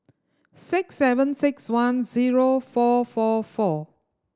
six seven six one zero four four four